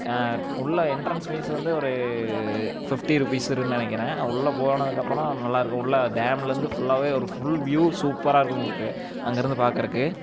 உள்ளே entrance fees வந்து ஒரு ஃபிஃப்டி ருபீஸ் இருக்கும்னு நினைக்கிறேன் உள்ளே போனதுக்கப்புறம் நல்லாயிருக்கும் உள்ளே டேம்லேருந்து ஃபுல்லாகவே ஒரு ஃபுல் வியூவ் சூப்பராக இருக்கும் உங்களுக்கு அங்கேருந்து பாக்கிறக்கு